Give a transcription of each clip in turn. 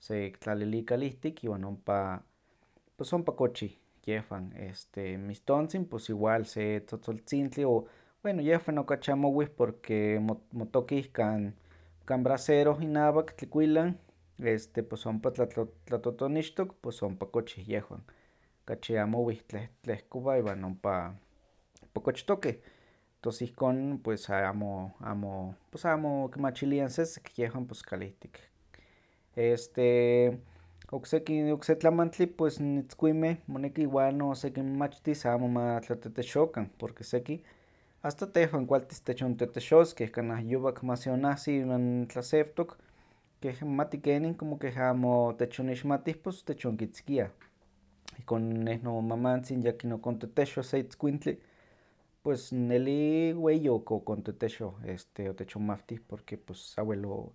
sekitlalili kalihtih iwan ompa, pos ompa kochih yehwan. Este n mistontzin pos igual se tzotzoltzintli o bueno yehwan okachi amo owih porque mo- motokih kan braseroh inawan tlikuilan este pos ompa tlato- tlatotonixtok pos ompa kochih yehwan, kachi amo owih tleh- tlehkowah iwan ompa- ompa kochtokeh tos ihkon pues amo- amo pos amo kimachiliah n sesek, yehwan pos kalihtik. Este okseki- okse tlamantli pues n itzkuinmeh moneki igual no sekinmachtis amo ma tlatetexokan porque seki asta tehwan kualtis techontetexoskeh kanah yowak ma seonahsi iwan tlasewtok, mati kenin como keh amo techonixmatih pos techonkitzkiah, ihkon neh nomamantzin yakin okontetexoh se itzkuintli pues nelli weyi ok- okontetexoh este otechonmawtih porque pos sawel o-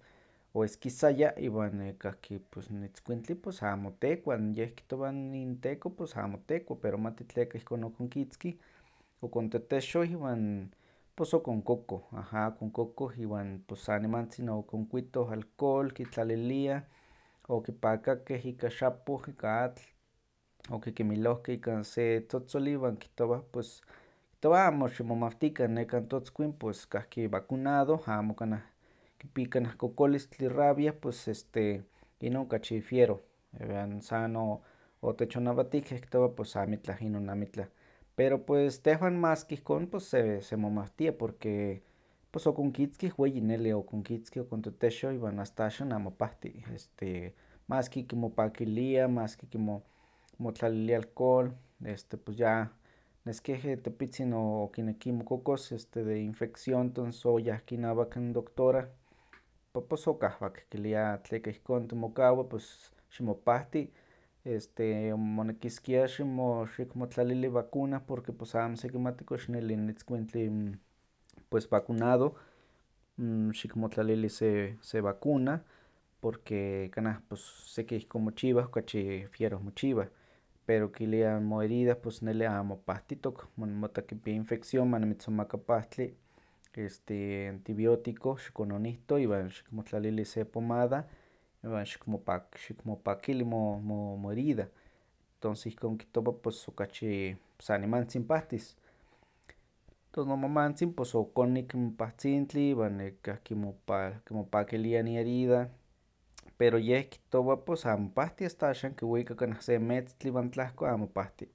oeskisaya iwan nekahki pos n itzkuintli pues amo tekua, n yeh kihtowa n inteeko pos amo tekua pero mati tleka ihkon okonkitzkih, okontetexoh iwan pos okonkokoh, aha okonkokoh, iwan pos san nimantzin okonkuitoh n alcohol kitlaliliah, okipakakeh ika xapoh ika atl, okikimilohkeh ikan se tzotzoli iwan kihtowah pues kihtowa amo ximomawtikan nekan totzkui pos kahki vacunado amo kanah kipi kanah kokolistli rabia pues este ino okachi wiero, iwan san o- otechonnawatihkeh kihtowah pos amitlah inon amitlah, pero pues tehwan maski ihkon pos se- semomawtia porque pos okonkitzkih weyi nelli okonkitzkih okoktetexoh iwan asta axan amo pahtih, maski kimopakilia, maski kimo- kimotlalilia alcohol este pos ya neskeh- e tepitzin o- okineki mokokos este de infección tons oyahki inawak n doctora ompa pos okahwak kilia tleka ihkon timokawa pos ximopahti, este monekiskia ximo- xikmotlalili vacuna porque pos amo sekimati kox neli n itzkuintli n pues vacunado, n xikmotlalili se- se vacuna, porque kanah pos seki ihkon mochiwah okachi wieroh mochiwah, pero kilia n moherida pos neli amo pahtitok mon- mottah kipia infección manimitzonmaka pahtli, este antibiótico xikononihto iwan xikmotlalili se pomada iwan xikmopak- xikmopakili mo- mo- moherida. Tos ihkon kihtowa pos okachi san nimantzin pahtis, tos nomamantzin pos okonih n pahtzintli iwan nekahki mopa- kimopakilia n iherida, pero yeh kihtowa pos amo pahti asta axan kiwika kanah se metztli iwan tlahko amo pahti,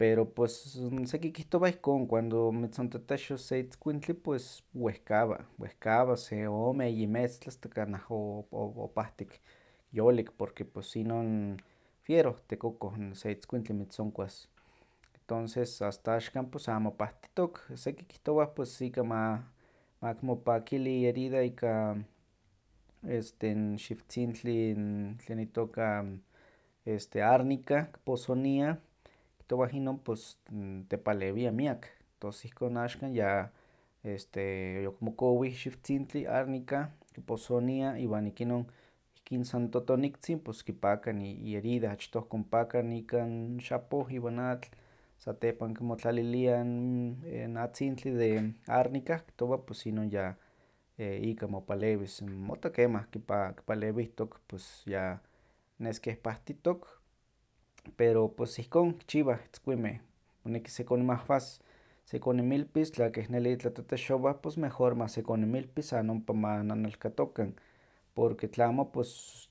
pero pos n seki kihtowah ihkon cuando mitzontetexos se itzkuintli pues wehkawa, wehkawa se ome eyi metztli asta kanah o- o- opahtik, yolik porque pues inon wieroh tekokoh n se itzkuintli mitzonkuas, tonces asta axkan pues amo pahtitok, seki kihtowah ika ma- makimopakili iherida ika este n xiwtzintli, n tlen itoka, n este árnica kiposoniah, kihtowah inon pos tepalewia miak, tos ihkon axkan ya, yokimokowih xiwtzintli árnica, kiposonia iwan ikinon ihkin san totoniktzin pos kipaka n i- iherida, achtoh konpaka ikan xapoh iwan atl, satepan kimotlalilia n n atzintli de árnica kihtowa pos inon ya ika mopalewis, n motta kemah kipa- kipalewihtok, pues ya nes keh pahtitok, pero pos ihkon kichiwah n itzkuinmeh, moneki sekonmahwas, sekoninmilpis, tla keh neli tlatetexowah pos mejor ma sekoninmilpi san ompa ma nanalkatokan, porque tlamo pos-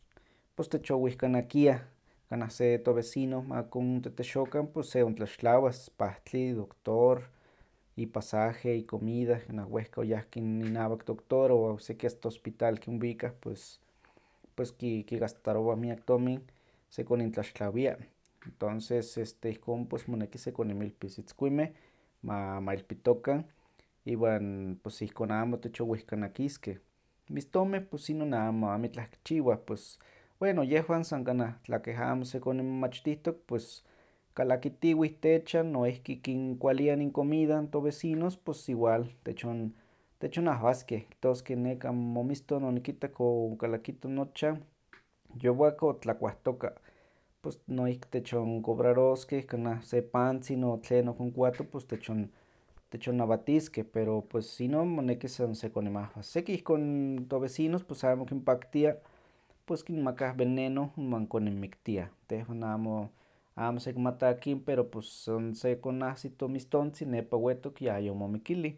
pos techowihkanakiah kanah se tovecino makontetexokan pos se ontlaxtlawas pahtli, doctor, ipasaje, icomida, kanah wehka oyahki n inawak doctor o okseki asta hospital kinwikah, pues pues kigastarowah miak tomin, sekonintlaxtlawia, tonces este ihkon moneki sekoninmilpis n itzkuinmeh ma- mailpitokan iwan pues ihkon amo techowihkanakiskeh. Mistonmeh pues inon amo amitlah kichiwah, pues bueno yehwan san kanah tla keh amo sekoninmachtihtok pues kalakitiweh techan noihki koninkualiah n incomida vecinos pos igual techon- techonahwaskeh kihtoskeh nekan momiston onikittak o- onkalakito nochan yowak otlakuahtoka, pos noihki techoncobraroskeh kanah se pantzin o tlen okonkuato pues techon- techonnawatiskeh pero pos inon moneki san sekoninmahwas, seki ihkon tovecinos pos amo kinpaktia, pues kinmakah veneno iwan koninmiktiah, tehwan amo amo sekimati akin pero san sekonahsi tomistontzin nepa wettok ya yomomikillih,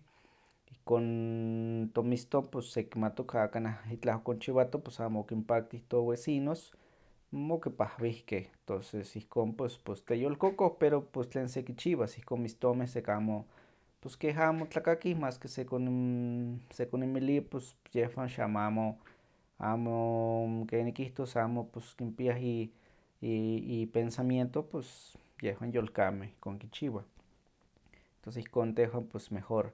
ihkon tomiston sekimatok ya kanah itlah okonchiwatto pos mo okinpaktih tovecinos okipahwihkeh toces ihkon pues pues teyolkokoh pero pues tlen sekichiwas ihkon mistomeh seki amo pos keh amo tlakakih maski sekon- sekoninmili pues yehwan xamo amo- amo ken nikihtos amo pos kinpiah i- i- ipensamiento pos yehwan yolkameh ihkon kichiwah. Tos ihkon tehwan pos mejor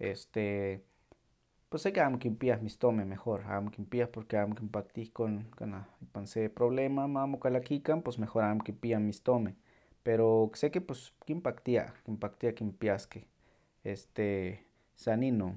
este, pos seki amo kinpiah mistonmeh mejor, amo kinpiah porque amo kinpaktia ihkon kanah ipan se problema ma- mokalakikan pues mejor amo kipiah n mistonmeh, pero okseki pos kinpaktia, kinpaktia kinpiaskeh este, san inon.